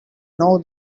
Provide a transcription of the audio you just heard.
know